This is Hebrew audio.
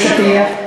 שטיח?